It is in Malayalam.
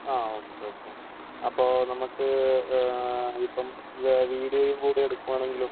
ആ ഓക്കെ ഓക്കെ അപ്പോൾ നമുക്ക് ഇപ്പം വീഡിയോയും കൂടെ എടുക്കുവാണെങ്കിലോ